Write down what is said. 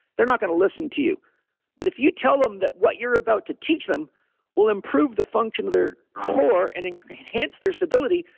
they're not going to listen to you but if you tell them that what you're about to teach them will improve the function of their core and enhance their stability,